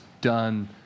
done